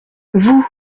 vous